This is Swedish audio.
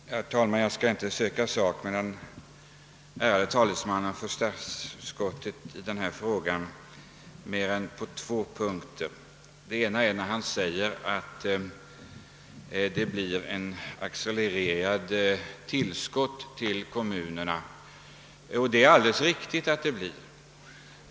Herr talman! Jag skall inte söka sak med den ärade talesmannen för utskottet mer än på två punkter. Den ena är den där herr Lindholm sade att det blir ett accelererat tillskott till kommunerna. Det är alldeles riktigt.